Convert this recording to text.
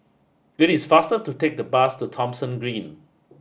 it is faster to take the bus to Thomson Green